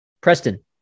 Preston